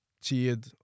cheered